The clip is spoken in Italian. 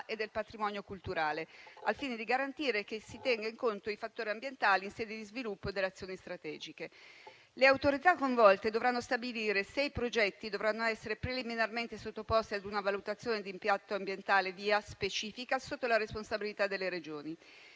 e del patrimonio culturale, al fine di garantire che si tengano in conto dei fattori ambientali in sede di sviluppo delle azioni strategiche. Le autorità coinvolte dovranno stabilire se i progetti dovranno essere preliminarmente sottoposti a una valutazione di impatto ambientale (VIA) specifica, sotto la responsabilità delle Regioni.